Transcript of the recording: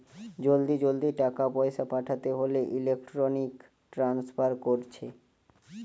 জলদি জলদি টাকা পয়সা পাঠাতে হোলে ইলেক্ট্রনিক ট্রান্সফার কোরছে